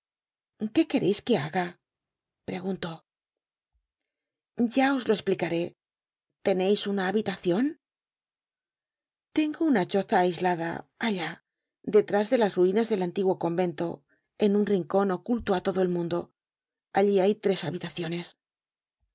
qué quereis que baga preguntó ya os lo esplicaré teneis una habitacion tengo una choza aislada allá detrás de las ruinas del antiguo convento en un rincon oculto á lodo el mundo allí hay tres habitaciones